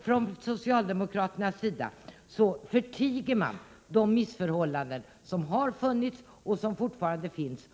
Från socialdemokraternas sida förtiger man de missförhållanden som har funnits och som fortfarande finns.